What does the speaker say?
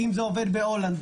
אם זה עובד בהולנד,